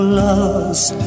lost